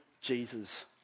Jesus